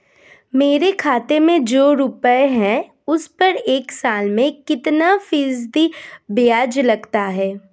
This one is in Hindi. मेरे खाते में जो रुपये हैं उस पर एक साल में कितना फ़ीसदी ब्याज लगता है?